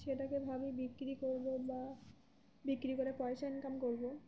সেটাকে ভাবি বিক্রি করবো বা বিক্রি করে পয়সা ইনকাম করবো